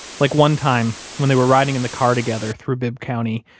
like one time when they were riding in the car together through bibb county,